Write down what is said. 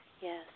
Yes